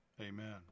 Amen